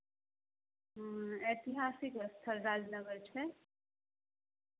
ह्म्म ऐतिहासिक स्थल राजनगर छै